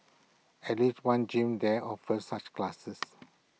at least one gym there offers such classes